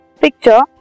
picture